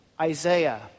Isaiah